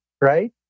right